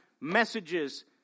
messages